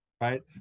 Right